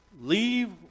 leave